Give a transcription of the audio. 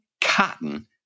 Cotton